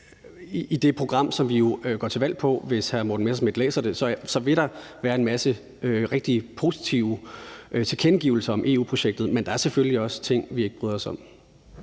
i det program, som vi går til valg på. Hvis hr. Morten Messerschmidt læser det, vil der være en masse rigtig positive tilkendegivelser om EU-projektet, men der er selvfølgelig også ting, vi ikke bryder os om.